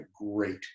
great